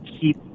keep